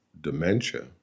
dementia